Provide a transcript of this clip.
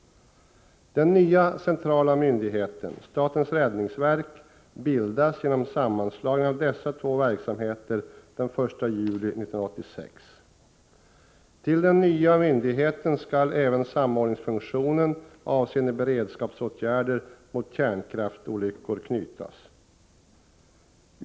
Den nya centrala myndigheten, statens räddningsverk, bildas genom sammanslagning av dessa två verksamheter den 1 juli 1986. Till den nya myndigheten skall även samordningsfunktionen avseende beredskapsåtgärder mot kärnkraftsolyckor knytas.